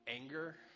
anger